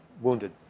wounded